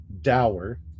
Dower